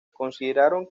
consideraron